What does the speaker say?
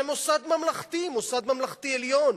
זה מוסד ממלכתי, מוסד ממלכתי עליון.